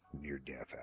near-death